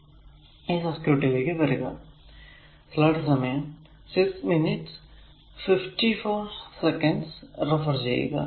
ഈ സർക്യൂട്ടിലേക്കു വരിക